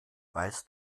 weißt